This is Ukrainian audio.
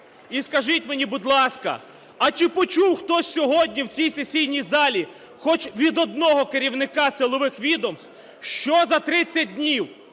І скажіть мені, будь ласка, а чи почув хтось сьогодні в цій сесійній залі хоч від одного керівника силових відомств, що за 30 днів